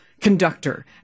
Conductor